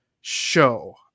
show